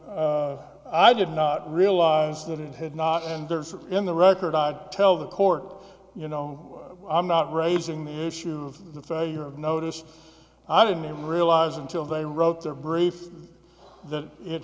i did not realize that it had not entered in the record i tell the court you know i'm not raising the issue of the failure of notice i didn't realize until they wrote their brief that it